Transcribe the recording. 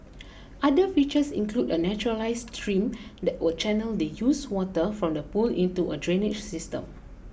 other features include a naturalised stream that will channel the used water from the pool into a drainage system